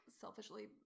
selfishly